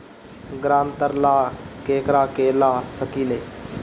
ग्रांतर ला केकरा के ला सकी ले?